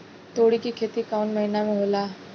तोड़ी के खेती कउन महीना में होला?